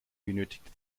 benötigte